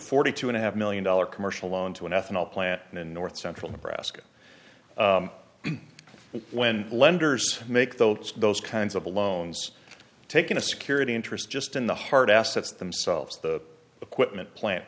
forty two and a half million dollar commercial loan to an ethanol plant in north central nebraska when lenders make those those kinds of loans taking a security interest just in the hard assets themselves the equipment plant